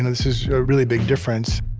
this is a really big difference.